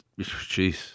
jeez